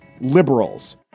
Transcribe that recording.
liberals